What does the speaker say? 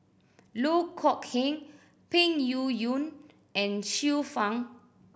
Loh Kok Heng Peng Yuyun and Xiu Fang